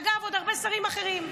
אגב, עוד הרבה שרים אחרים.